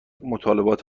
مطالبات